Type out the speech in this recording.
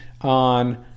on